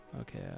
Okay